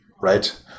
right